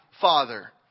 father